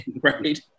right